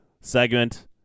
segment